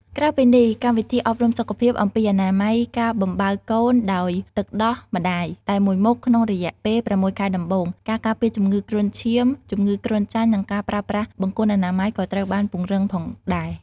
ក្រៅពីនេះ កម្មវិធីអប់រំសុខភាព អំពីអនាម័យ ការបំបៅកូនដោយទឹកដោះម្តាយតែមួយមុខក្នុងរយៈពេល ៦ ខែដំបូង ការការពារជំងឺគ្រុនឈាម ជំងឺគ្រុនចាញ់ និងការប្រើប្រាស់បង្គន់អនាម័យ ក៏ត្រូវបានពង្រឹងផងដែរ។